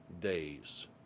days